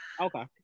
Okay